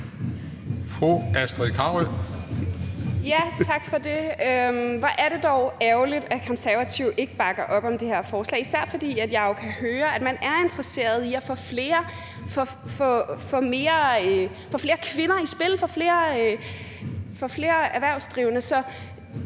Astrid Carøe (SF): Tak for det. Hvor er det dog ærgerligt, at Konservative ikke bakker op om det her forslag, især fordi jeg jo kan høre, at man er interesseret i at få flere kvinder i spil, få flere erhvervsdrivende.